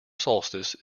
solstice